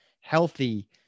healthy